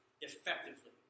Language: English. effectively